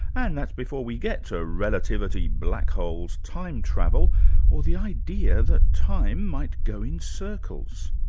and that's before we get to relativity, black holes, time travel or the idea that time might go in circles.